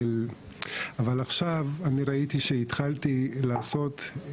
אבל עכשיו אני ראיתי שהתחלתי לעשות,